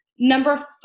Number